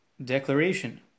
declaration